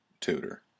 tutor